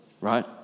right